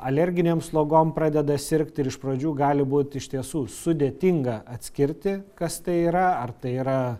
alerginėm slogom pradeda sirgti ir iš pradžių gali būt iš tiesų sudėtinga atskirti kas tai yra ar tai yra